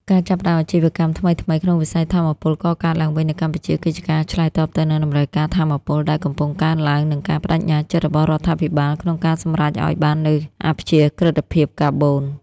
ការចាប់ផ្ដើមអាជីវកម្មថ្មីៗក្នុងវិស័យថាមពលកកើតឡើងវិញនៅកម្ពុជា គឺជាការឆ្លើយតបទៅនឹងតម្រូវការថាមពលដែលកំពុងកើនឡើង និងការប្ដេជ្ញាចិត្តរបស់រដ្ឋាភិបាលក្នុងការសម្រេចឱ្យបាននូវអព្យាក្រឹតភាពកាបូន។